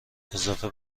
اضافه